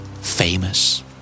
Famous